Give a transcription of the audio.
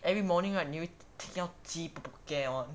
every morning right 你会听到鸡